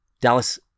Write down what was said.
Dallas